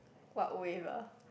what wave ah